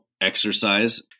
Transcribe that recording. exercise